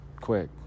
Quick